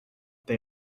they